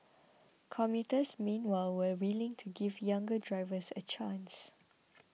commuters meanwhile were willing to give younger drivers a chance